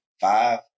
five